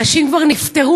אנשים כבר נפטרו,